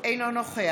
אינו נוכח